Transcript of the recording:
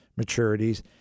maturities